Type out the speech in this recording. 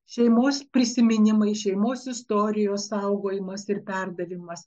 šeimos prisiminimai šeimos istorijos saugojimas ir perdavimas